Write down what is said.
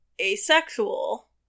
asexual